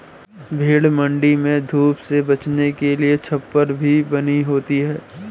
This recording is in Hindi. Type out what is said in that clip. भेंड़ मण्डी में धूप से बचने के लिए छप्पर भी बनी होती है